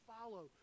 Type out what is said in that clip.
follow